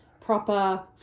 proper